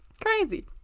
crazy